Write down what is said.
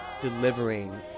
delivering